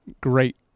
great